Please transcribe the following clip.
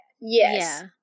Yes